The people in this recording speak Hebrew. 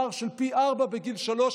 פער של פי ארבעה בגיל שלוש.